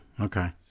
okay